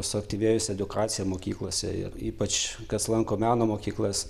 suaktyvėjusi edukacija mokyklose ir ypač kas lanko meno mokyklas